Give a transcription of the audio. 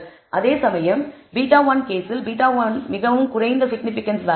அதேசமயம் β1 கேஸில் β1 மிகவும் குறைந்த சிக்னிபிகன்ஸ் வேல்யூ 0